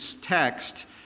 text